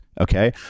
okay